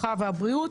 הרווחה והבריאות.